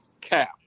cap